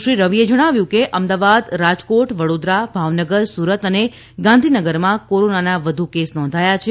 શ્રી રવિએ જણાવ્યું હતું કે અમદાવાદ રાજકોટ વડોદરા ભાવનગર સુરત અને ગાંધીનગરમાં કોરોનાના વધુ કેસ નોંધાયા છે